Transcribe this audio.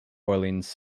orleans